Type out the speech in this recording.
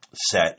set